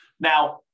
Now